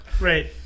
right